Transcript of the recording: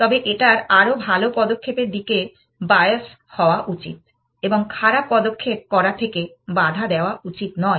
তবে এটার আরও ভাল পদক্ষেপের দিকে বায়োস হওয়া উচিত এবং খারাপ পদক্ষেপ করা থেকে বাধা দেওয়া উচিত নয়